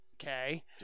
okay